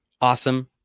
awesome